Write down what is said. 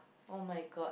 !oh-my-god!